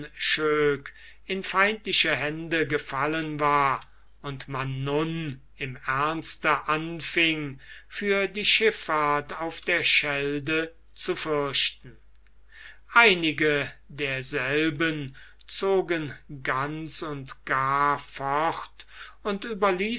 in feindliche hände gefallen war und man nun im ernste anfing für die schifffahrt auf der schelde zu fürchten einige derselben zogen ganz und gar fort und